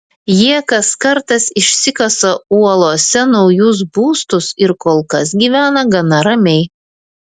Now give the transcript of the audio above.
jie kas kartas išsikasa uolose naujus būstus ir kol kas gyvena gana ramiai